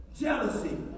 jealousy